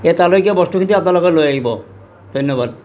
এই তালৈকে বস্তুখিনি আপোনালোকে লৈ আহিব ধন্যবাদ